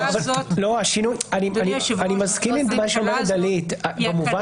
אני מסכים עם מה שאומרת דלית במובן --- אדוני היושב ראש,